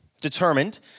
determined